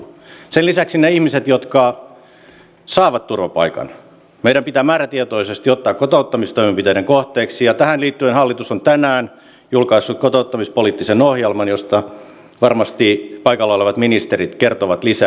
sen lisäksi meidän pitää ne ihmiset jotka saavat turvapaikan määrätietoisesti ottaa kotouttamistoimenpiteiden kohteeksi ja tähän liittyen hallitus on tänään julkaissut kotouttamispoliittisen ohjelman josta varmasti paikalla olevat ministerit kertovat lisää